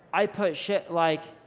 i put shit like,